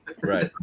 Right